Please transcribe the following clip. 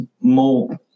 more